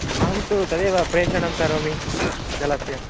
अहं तु तदेव प्रेषणं करोमि जलस्य